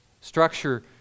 structure